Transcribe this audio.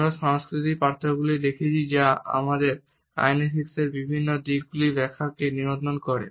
আমরা সাংস্কৃতিক পার্থক্যগুলি দেখছি যা আমাদের কাইনেসিক্সের বিভিন্ন দিকগুলির ব্যাখ্যাকে নিয়ন্ত্রণ করে